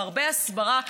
והרבה הסברה,